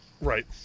Right